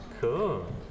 Cool